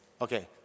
Okay